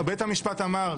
המשפט אמר,